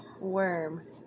worm